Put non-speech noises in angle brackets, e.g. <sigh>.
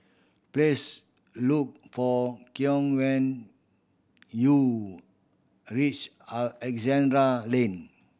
please look for Keon when you reach <unintelligible> Alexandra Lane